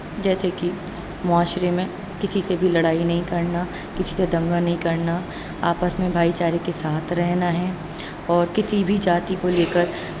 جیسے کہ معاشرے میں کسی سے بھی لڑائی نہیں کرنا کسی سے دنگا نہیں کرنا آپس میں بھائی چارے کے ساتھ رہنا ہے اور کسی بھی جاتی کو لے کر